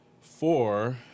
four